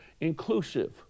inclusive